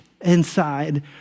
inside